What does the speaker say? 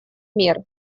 мер